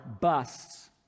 busts